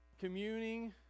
communing